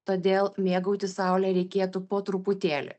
todėl mėgautis saule reikėtų po truputėlį